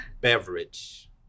beverage